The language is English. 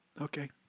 Okay